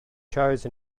chose